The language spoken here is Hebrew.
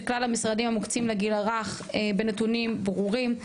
כלל המשרדים המוקצים לגיל הרך בנתונים ברורים,